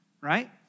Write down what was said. right